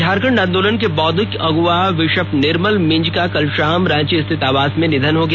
झारखंड आंदोलन के बौद्विक अगुआ बिशप निर्मल मिंज का कल शाम रांची स्थित आवास में निधन हो गया